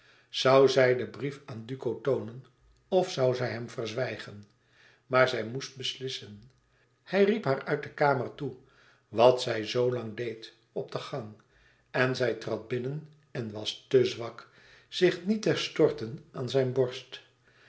zoû zij den brief aan duco toonen of zoû zij hem verzwijgen maar zij moest beslissen hij riep haar uit de kamer toe wat zij zoo lang deed op de gang en zij trad binnen en was te zwak zich niet te storten aan zijn borst